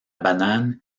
banane